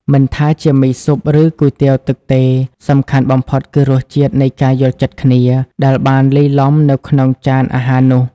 មិនថាជាមីស៊ុប ឬគុយទាវទឹកទេ សំខាន់បំផុតគឺរសជាតិនៃការយល់ចិត្តគ្នាដែលបានលាយឡំនៅក្នុងចានអាហារនោះ។